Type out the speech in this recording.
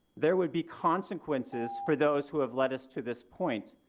there would be consequences for those who have led us to this point.